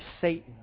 Satan